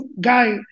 guy